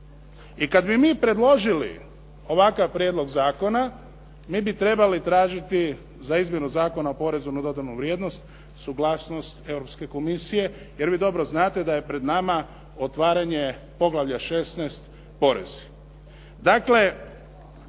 I kad bi mi predložili ovakav prijedlog zakona mi bi trebali tražiti za izmjenu Zakona o porezu na dodanu vrijednost suglasnost Europske komisije jer vi dobro znate da je pred nama otvaranje Poglavlja 16 – porezi.